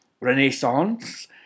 renaissance